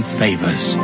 favors